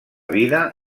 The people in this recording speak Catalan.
vida